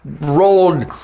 rolled